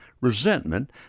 resentment